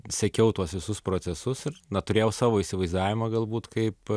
sekiau tuos visus procesus ir na turėjau savo įsivaizdavimą galbūt kaip